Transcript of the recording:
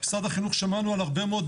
ממשרד החינוך שמענו על הרבה מאוד